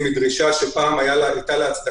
את היכולת שלך